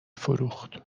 فروخت